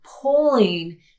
pulling